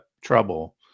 Trouble